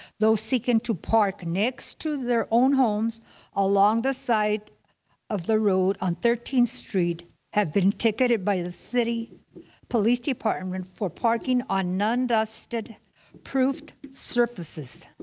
those seeking to park next to their own homes along the side of the road on thirteenth street have been ticketed by the city police department for parking on non-dust proofed surfaces.